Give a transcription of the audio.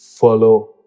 Follow